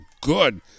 good